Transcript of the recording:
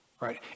right